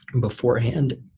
Beforehand